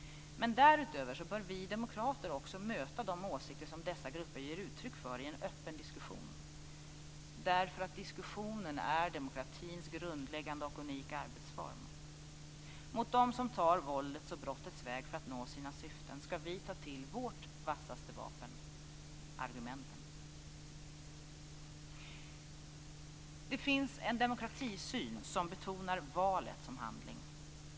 Därutöver bör vi demokrater också möta de åsikter som dessa grupper ger uttryck för i en öppen diskussion. Diskussionen är demokratins grundläggande och unika arbetsform. Mot de som tar våldets och brottets väg för att nå sina syften skall vi ta till vårt vassaste vapen: argumenten. Det finns en demokratisyn som betonar valet som handling.